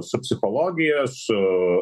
su psichologija su